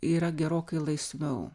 yra gerokai laisviau